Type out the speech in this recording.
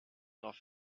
off